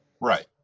Right